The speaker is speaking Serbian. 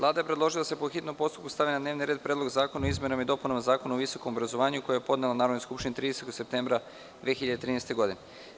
Vlada je predložila da se po hitnom postupku stavi na dnevni red Predlog zakona o izmenama i dopunama Zakona o visokom obrazovanju, koji je podnela Narodnoj skupštini 30. septembra 2013. godine.